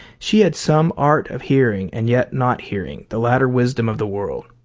she had some art of hearing and yet not hearing the latter wisdom of the world.